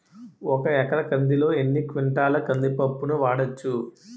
ఒక ఎకర కందిలో ఎన్ని క్వింటాల కంది పప్పును వాడచ్చు?